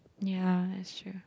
ya that's true